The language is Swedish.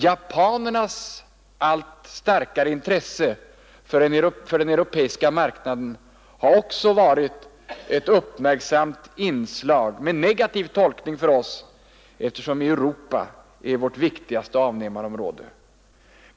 Japanernas allt starkare intresse för den europeiska marknaden har också varit ett uppmärksammat inslag med negativ tolkning för oss, eftersom Europa är vårt viktigaste avnämarområde.